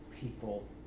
people